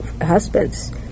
husbands